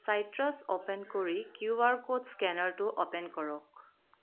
চাইট্ৰাছ open কৰি Q R code স্কেনাৰটো open কৰক